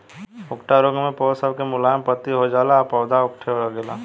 उकठा रोग मे पौध सब के मुलायम पत्ती हो जाला आ पौधा उकठे लागेला